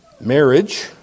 Marriage